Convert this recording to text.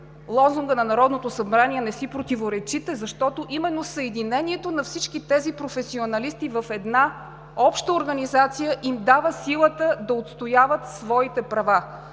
лозунга на Народното събрание, не си противоречите, защото именно съединението на всички тези професионалисти в една обща организация им дава силата да отстояват своите права?